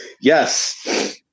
Yes